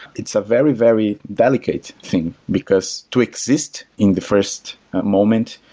it's a very, very delicate thing, because to exist in the first moment,